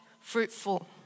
fruitful